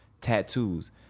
Tattoos